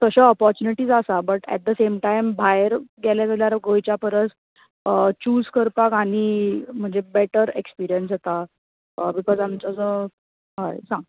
तश्यो अर्पोरच्युनिटीज आसात but at the same time भायर गेले जाल्यार गोंयच्या परस च्युस करपाक आनी म्हणजे बेटर एक्सपिरयन्स येता बिकोज आमचो जो हय सांग